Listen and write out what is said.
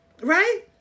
Right